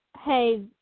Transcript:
Hey